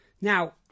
Now